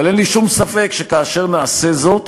אבל אין לי שום ספק, שכאשר נעשה זאת